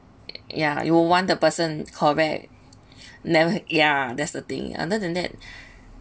ya you will want the person correct never ya that's the thing other than that